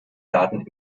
daten